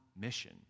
mission